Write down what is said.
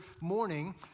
morning